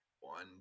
one